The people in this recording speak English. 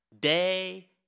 day